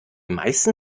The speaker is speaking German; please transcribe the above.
meisten